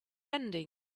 ending